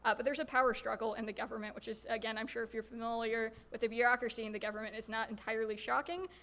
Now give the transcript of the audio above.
ah but there's a power struggle in the government. which is again, i'm sure if you're familiar with the bureaucracy in the government, it's not entirely shocking.